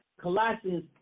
Colossians